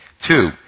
Two